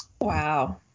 Wow